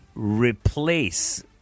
Replace